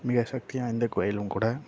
மிக சக்திவாய்ந்த கோயிலும் கூட